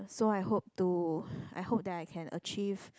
so I hope to I hope that I can achieve